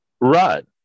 Right